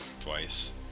twice